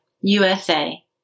USA